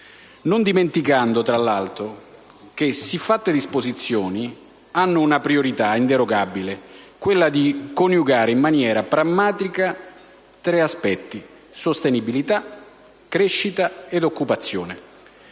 Non va dimenticato, tra l'altro, che siffatte disposizioni hanno una priorità inderogabile: quella di coniugare in maniera pragmatica tre aspetti, sostenibilità, crescita ed occupazione,